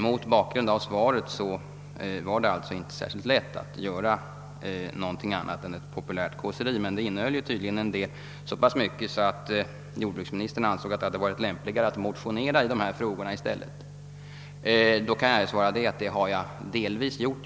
Mot bakgrunden av svaret var det alltså inte särskilt lätt att göra någonting annat än hålla ett populärt kåseri, men detta innehöll tydligen så pass mycket att jordbruksministern ansåg att det hade varit lämpligare att i stället motionera i dessa frågor. Det har jag delvis gjort.